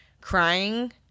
crying